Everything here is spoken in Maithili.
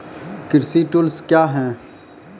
कृषि टुल्स क्या हैं?